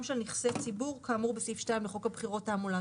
של נכסי ציבור כאמור בסעיף 2 לחוק בחירות (דרכי תעמולה).